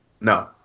No